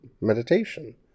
meditation